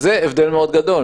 זה הבדל גדול מאוד.